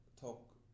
talk